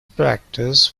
practice